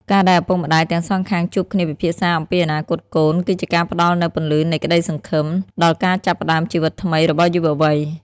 ការដែលឪពុកម្ដាយទាំងសងខាងជួបគ្នាពិភាក្សាអំពីអនាគតកូន គឺជាការផ្ដល់នូវ "ពន្លឺនៃក្ដីសង្ឃឹម" ដល់ការចាប់ផ្តើមជីវិតថ្មីរបស់យុវវ័យ។